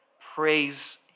praise